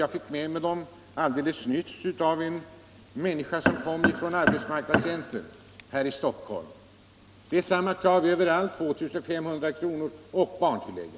Jag fick dem alldeles nyss av en från AMU-centrum här i Stockholm. Kravet är detsamma på alla listor — 2 500 kr. per månad och barntillägg.